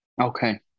Okay